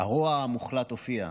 הרוע המוחלט הופיע,